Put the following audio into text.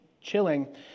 chilling